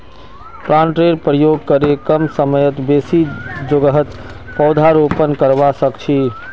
प्लांटरेर प्रयोग करे कम समयत बेसी जोगहत पौधरोपण करवा सख छी